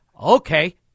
okay